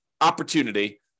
opportunity